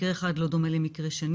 מקרה אחד לא דומה למקרה שני,